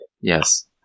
Yes